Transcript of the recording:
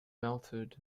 melted